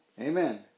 Amen